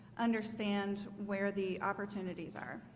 understand where the opportunities are